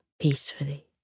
peacefully